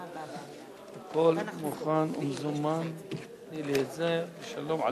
רבותי, אני מחדש את הישיבה.